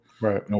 Right